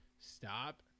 stop